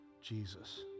jesus